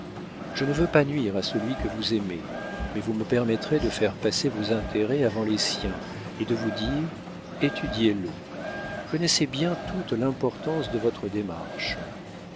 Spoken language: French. je ne veux pas nuire à celui que vous aimez mais vous me permettrez de faire passer vos intérêts avant les siens et de vous dire étudiez le connaissez bien toute l'importance de votre démarche